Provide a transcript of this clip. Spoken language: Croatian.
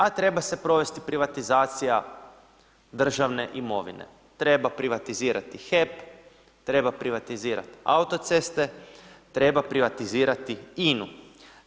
A treba se provesti privatizacija državne imovine, treba privatizirati HEP, treba privatizirati autoceste, treba privatizirati INA-u.